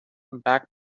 back